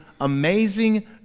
amazing